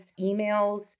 emails